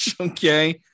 okay